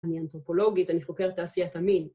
‫אני אנתרופולוגית, ‫אני חוקרת את תעשיית המין.